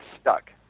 stuck